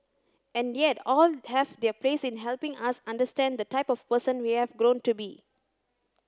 and yet all have their place in helping us understand the type of person we have grown to be